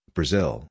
Brazil